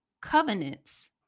covenants